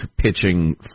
pitching